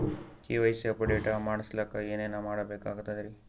KYC update ಮಾಡಸ್ಲಕ ಏನೇನ ಕೊಡಬೇಕಾಗ್ತದ್ರಿ?